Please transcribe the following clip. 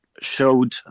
Showed